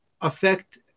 affect